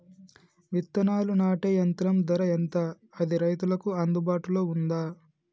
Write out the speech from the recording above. విత్తనాలు నాటే యంత్రం ధర ఎంత అది రైతులకు అందుబాటులో ఉందా?